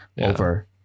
over